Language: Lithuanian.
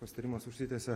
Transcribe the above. pasitarimas užsitęsė